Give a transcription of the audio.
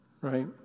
right